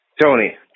Tony